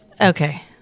Okay